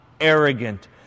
arrogant